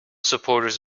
supporters